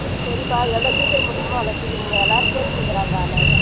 ஆ சரிப்பா எவ்வளோ சீக்கிரம் முடியுமோ அவ்வளோ சீக்கிரம் இங்கே எல்லாரும் கேட்டுன்னுருக்குறாங்க அதனால் தான்